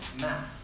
math